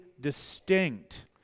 distinct